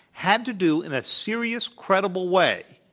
had to do in a serious, credible way,